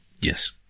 yes